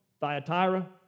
Thyatira